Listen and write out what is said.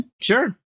sure